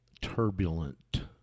turbulent